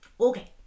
Okay